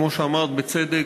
כמו שאמרת בצדק,